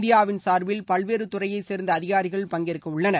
இந்தியாவின் சார்பில் பல்வேறு துறையைச் சேர்ந்த அதிகாரிகள் பங்கேற்கவுள்ளனர்